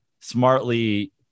smartly